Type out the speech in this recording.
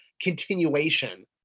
continuation